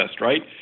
right